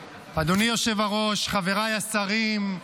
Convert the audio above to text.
היושב-ראש, חבריי השרים,